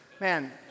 man